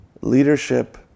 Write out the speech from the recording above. leadership